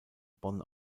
bonn